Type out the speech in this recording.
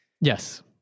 Yes